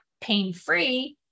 pain-free